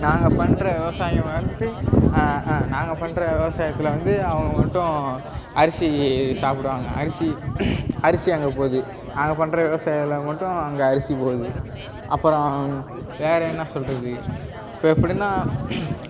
நாங்கள் பண்ற விவசாயம் வந்து நாங்கள் பண்ற விவசாயத்தில் வந்து அவங்க மட்டும் அரிசி சாப்பிடுவாங்க அரிசி அரிசி அங்கே போகுது நாங்கள் பண்ற விவசாயம் மட்டும் அங்கே அரிசி போகுது அப்புறம் வேறே என்ன சொல்கிறது இப்போ எப்படின்னால்